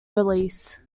release